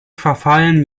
verfallen